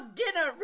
dinner